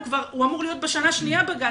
הוא אמור להיות בשנה שנייה בגן,